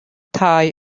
thai